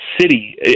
city